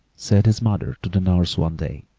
said his mother to the nurse one day.